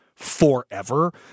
forever